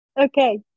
Okay